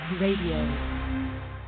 Radio